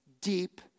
deep